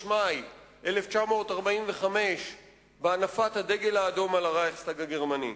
מאי 1945 בהנפת הדגל האדום על הרייכסטג הגרמני.